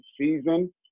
season